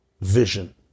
vision